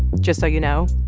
just so you know,